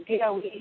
DOE